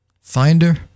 Finder